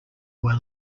were